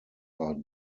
are